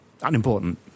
unimportant